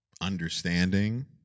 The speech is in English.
understanding